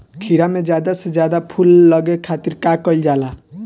खीरा मे ज्यादा से ज्यादा फूल लगे खातीर का कईल जाला?